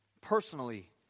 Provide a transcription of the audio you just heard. personally